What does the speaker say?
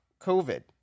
COVID